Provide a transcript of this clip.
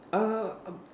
ah um